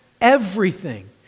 everything